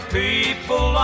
people